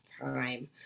time